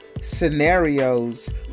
scenarios